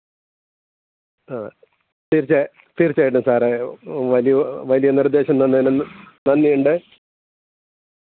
ആ തീർച്ച തീർച്ചയായിട്ടും സാറേ വലിയ വലിയ നിർദ്ദേശം തന്നതിന് നന്ദിയുണ്ട്